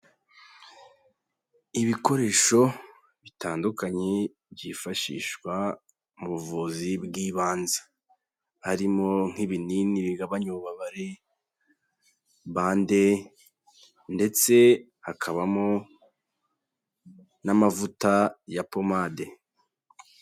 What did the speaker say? Ibikoresho bitandukanye byifashishwa mu buvuzi bw'ibanze, harimo nk'ibinini bigabanya ububabare, bande ndetse hakabamo n'amavuta ya pomade.